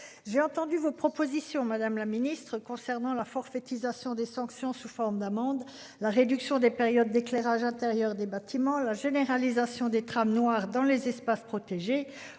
J'ai entendu vos propositions Madame la Ministre. Concernant la forfaitisation des sanctions sous forme d'amendes. La réduction des périodes d'éclairage intérieur des bâtiments, la généralisation des trams noirs dans les espaces protégés